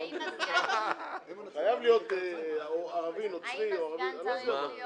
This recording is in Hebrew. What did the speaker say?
שמתי לב...חייב להיות ערבי נוצרי או לא יודע,